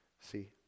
see